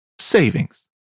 savings